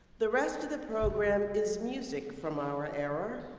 the rest of the program is music from our era,